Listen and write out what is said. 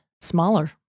smaller